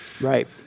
right